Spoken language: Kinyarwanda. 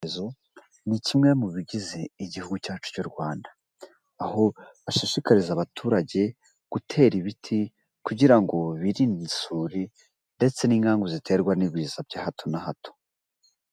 Ni kimwe mu bigize igihugu cyacu cy'u Rwanda, aho bashishikariza abaturage gutera ibiti kugira ngo birinde isuri ndetse n'inkagu ziterwa n'ibiza bya hato na hato.